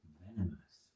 venomous